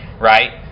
right